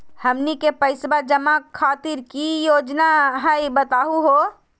हमनी के पैसवा जमा खातीर की की योजना हई बतहु हो?